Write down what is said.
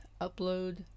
upload